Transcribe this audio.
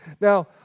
Now